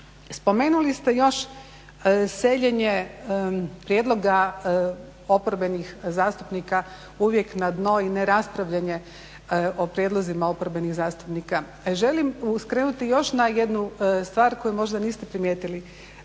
Spomenuli ste još seljenje prijedloga oporbenih zastupnika uvijek na dno i neraspravljanje o prijedlozima oporbenih zastupnika. Želim skrenuti još na jednu stvar koju možda niste primijetili.